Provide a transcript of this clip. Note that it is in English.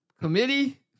committee